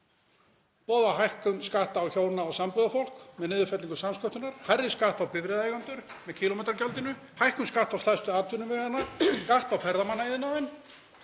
boðar hækkun skatta á hjón og sambúðarfólk með niðurfellingu samsköttunar; hærri skatta á bifreiðaeigendur með kílómetragjaldinu; hækkun skatta á stærstu atvinnuvegina; skatt á ferðaþjónustuna